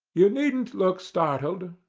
you needn't look startled.